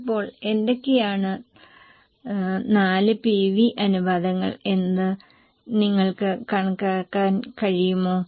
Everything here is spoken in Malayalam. ഇപ്പോൾ എന്തൊക്കെയാണ് 4 PV അനുപാതങ്ങൾ എന്നത് നിങ്ങൾക്ക് കണക്കാക്കാൻ കഴിയുമോ